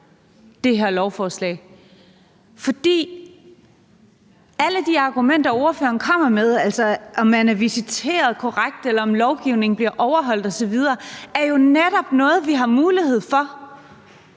det her lovforslag. Alle de argumenter, ordføreren kommer med – altså om man er visiteret korrekt, eller om lovgivningen bliver overholdt osv., – var jo netop noget, vi havde mulighed for